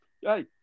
hey